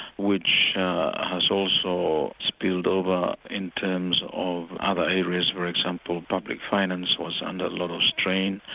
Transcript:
which has also spilled over in terms of other areas for example, public finance was under a lot of strain,